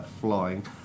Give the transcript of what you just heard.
flying